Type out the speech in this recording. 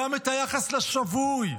גם את היחס לשבוי,